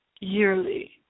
yearly